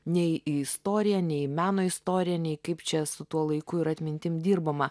nei į istoriją nei į meno istoriją nei kaip čia su tuo laiku ir atmintim dirbama